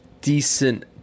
decent